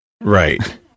Right